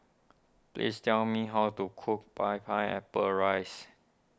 please tell me how to cook Rice